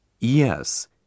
Yes